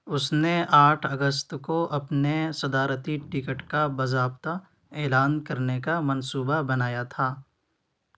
اس نے آٹھ اگست کو اپنے صدارتی ٹکٹ کا باضابطہ اعلان کرنے کا منصوبہ بنایا تھا